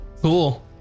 cool